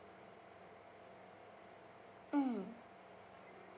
mm